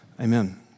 Amen